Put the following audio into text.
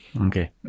Okay